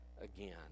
again